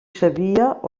sabia